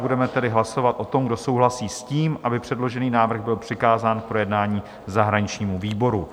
Budeme tedy hlasovat o tom, kdo souhlasí s tím, aby předložený návrh byl přikázán k projednání zahraničnímu výboru.